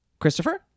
Christopher